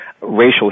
racial